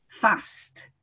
fast